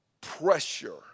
pressure